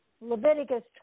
Leviticus